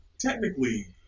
technically